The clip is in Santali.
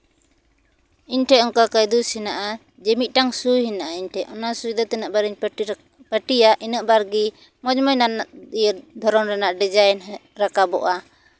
ᱤᱧ ᱴᱷᱮᱡ ᱚᱱᱠᱟ ᱠᱟᱹᱭᱫᱩᱥ ᱦᱮᱱᱟᱜᱼᱟ ᱡᱮ ᱢᱤᱫᱴᱟᱝ ᱥᱩᱭ ᱦᱮᱱᱟᱜᱼᱟ ᱤᱧ ᱴᱷᱮᱡ ᱚᱱᱟ ᱥᱩᱭᱫᱚ ᱛᱤᱱᱟᱹᱜ ᱵᱟᱨᱤᱧ ᱯᱟᱹᱴᱤᱭᱟ ᱩᱱᱟᱹᱜ ᱵᱟᱨᱜᱮ ᱢᱚᱡᱽ ᱢᱚᱡᱽ ᱫᱷᱚᱨᱚᱱ ᱨᱮᱭᱟᱜ ᱰᱤᱡᱟᱭᱤᱱ ᱨᱟᱠᱟᱵᱚᱜᱼᱟ